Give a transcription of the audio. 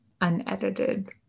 unedited